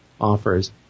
offers